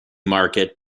market